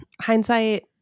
hindsight